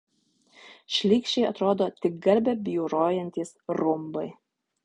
šlykščiai atrodo tik garbę bjaurojantys rumbai